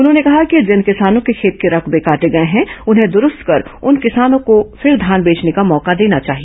उन्होंने कहा कि जिन किसानों के खेत के रकबे काटे गए हैं उन्हें दुरूस्त कर उन किसानों को फिर धान बेचने का मौका देना चाहिए